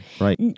right